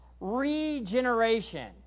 regeneration